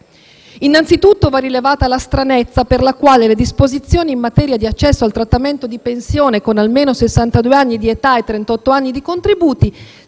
Innanzitutto, va rilevata la stranezza per la quale le disposizioni in materia di accesso al trattamento di pensione con almeno sessantadue anni di età e trentotto anni di contributi